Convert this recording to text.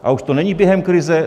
A už to není během krize?